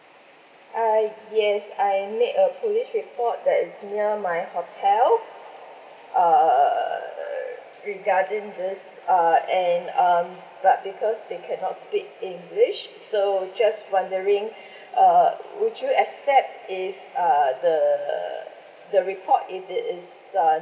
ah yes I made a police report that it's near my hotel err regarding this uh and um but because they cannot speak english so just wondering uh would you accept if uh the the report if it is uh